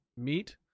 meat